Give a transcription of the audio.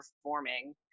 performing